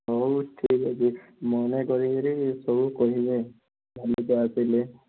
ହଉ ଠିକ୍ ଅଛି ମନେ କରିକିରି ସବୁ କହିବେ ମାଲିକ ଆସିଲେ